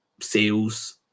sales